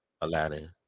Aladdin